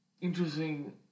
interesting